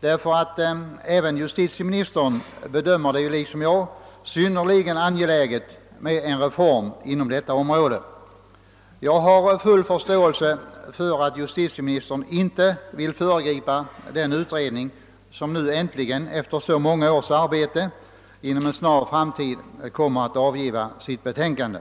därför att även justitieministern bedömer det liksom jag synnerligen angeläget med en reform inom detta område. Jag har full förståelse för att justitieministern inte vill föregripa den utredning som nu äntligen efter så många års arbete inom en snar framtid kommer att avgiva sitt betänkande.